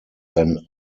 than